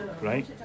right